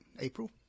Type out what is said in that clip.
April